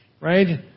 Right